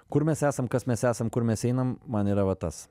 kur mes esam kas mes esam kur mes einam man yra va tas